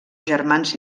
germans